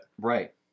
Right